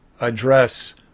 address